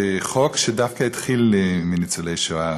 חוק שדווקא התחיל מניצולי שואה.